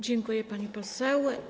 Dziękuję, pani poseł.